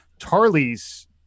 Tarly's